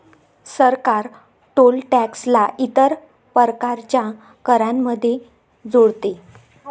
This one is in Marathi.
सरकार टोल टॅक्स ला इतर प्रकारच्या करांमध्ये जोडते